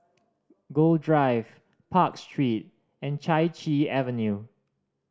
Gul Drive Park Street and Chai Chee Avenue